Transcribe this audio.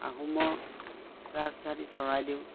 আহোমৰ ৰাজধানী চৰাইদেউ